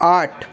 আট